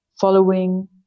following